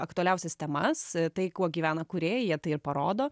aktualiausias temas tai kuo gyvena kūrėjai jie tai ir parodo